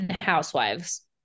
Housewives